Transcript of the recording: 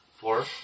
Four